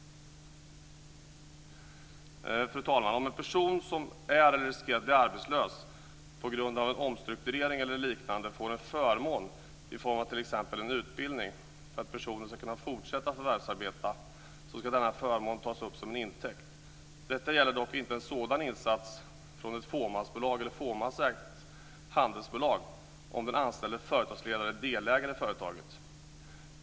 Fru talman! Om en person som är eller riskerar att bli arbetslös på grund av omstrukturering eller liknande får en förmån i form av t.ex. en utbildning för att personen ska kunna fortsätta förvärvsarbeta, ska denna förmån tas upp som en intäkt. Detta gäller dock inte en sådan insats från ett fåmansbolag eller ett fåmansägt handelsbolag om den anställde företagsledaren är delägare i företaget.